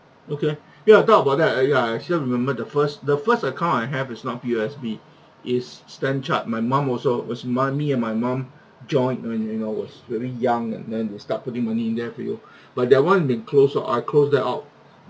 okay ya talk about that uh ya actually I remember the first the first account I have is not P_O_S_B is stan chart my mom also was mom me and my mom joined when you know was very young and then they start putting money in there for you but that one they close or I close that up